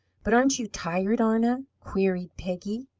but aren't you tired, arna queried peggy.